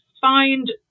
find